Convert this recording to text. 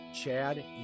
Chad